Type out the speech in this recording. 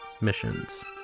Missions